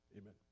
Amen